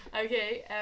Okay